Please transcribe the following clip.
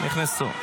--- תודה.